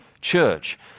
church